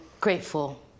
grateful